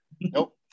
nope